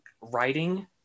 writing